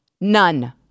None